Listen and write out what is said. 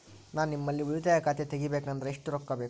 ನಾ ನಿಮ್ಮಲ್ಲಿ ಉಳಿತಾಯ ಖಾತೆ ತೆಗಿಬೇಕಂದ್ರ ಎಷ್ಟು ರೊಕ್ಕ ಬೇಕು?